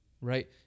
Right